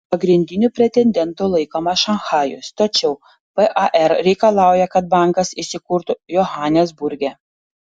pagrindiniu pretendentu laikomas šanchajus tačiau par reikalauja kad bankas įsikurtų johanesburge